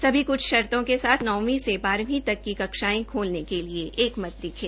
सभी क्ल शर्तो के साथ नौवीं से बारहवीं तक की कक्षायें खोलने के लिए एकमत दिये